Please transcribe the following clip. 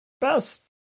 best